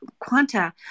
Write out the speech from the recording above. Quanta